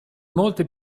molte